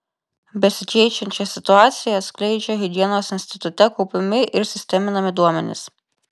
besikeičiančią situaciją atskleidžia higienos institute kaupiami ir sisteminami duomenys